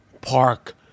Park